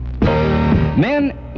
Men